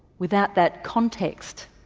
without that context.